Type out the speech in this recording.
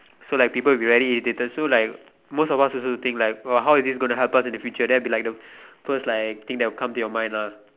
so like people will be very irritated so like most of us also think like how is this going to happen in the future then it'll be like the first like thing that'll come to your mind lah